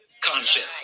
concept